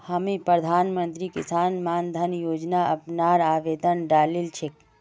हामी प्रधानमंत्री किसान मान धन योजना अपनार आवेदन डालील छेक